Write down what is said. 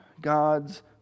God's